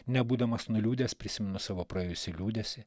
nebūdamas nuliūdęs prisiminus savo praėjusį liūdesį